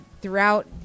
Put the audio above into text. throughout